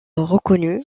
reconnu